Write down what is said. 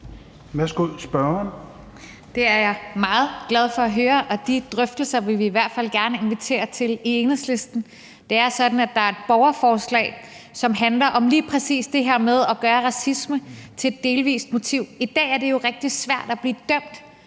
Det er jeg meget glad for at høre, og de drøftelser vil vi i hvert fald gerne invitere til i Enhedslisten. Det er sådan, at der er et borgerforslag, som handler om lige præcis det her med at gøre racisme til et delvist motiv. I dag er det jo rigtig svært at blive dømt